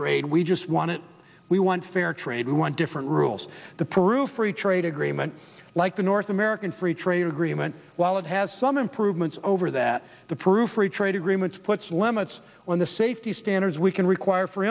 trade we just want it we want fair trade we want different rules the peru free trade agreement like the north american free trade agreement while it has some improvements over that the proof free trade agreements puts limits on the safety standards we can require for